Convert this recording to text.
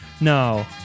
no